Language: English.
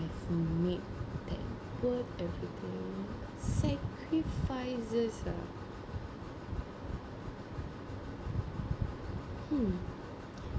I've made that worth everything sacrifices ah hmm